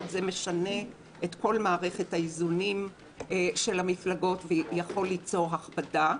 זה משנה את כל מערכת האיזונים של המפלגות ויכול ליצור הכבדה.